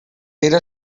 era